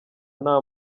nta